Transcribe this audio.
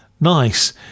Nice